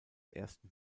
ersten